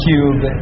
Cube